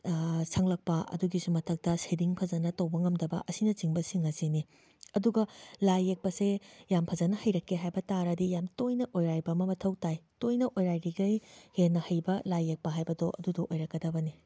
ꯁꯪꯂꯛꯄ ꯑꯗꯨꯒꯤꯁꯨ ꯃꯊꯛꯇ ꯁꯦꯗꯤꯡ ꯐꯖꯅ ꯇꯧꯕ ꯉꯝꯗꯕ ꯑꯁꯤꯅꯆꯤꯡꯕꯁꯤꯡ ꯑꯁꯤꯅꯤ ꯑꯗꯨꯒ ꯂꯥꯏ ꯌꯦꯛꯄꯁꯦ ꯌꯥꯝꯅ ꯐꯖꯅ ꯍꯩꯔꯛꯀꯦ ꯍꯥꯏꯕ ꯇꯥꯔꯗꯤ ꯌꯥꯝꯅ ꯇꯣꯏꯅ ꯑꯣꯏꯔꯥꯏꯕ ꯑꯃ ꯃꯊꯧ ꯇꯥꯏ ꯇꯣꯏꯅ ꯑꯣꯏꯔꯥꯏꯔꯤꯉꯩ ꯍꯦꯟꯅ ꯍꯩꯕ ꯂꯥꯏ ꯌꯦꯛꯄ ꯍꯥꯏꯕꯗꯣ ꯑꯗꯨꯗꯣ ꯑꯣꯏꯔꯛꯀꯗꯕꯅꯦ